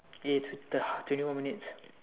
eh two twenty more minutes